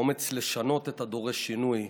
האומץ לשנות את הדרוש שינוי,